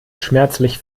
schmerzlich